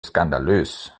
skandalös